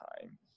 time